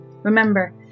Remember